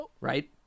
Right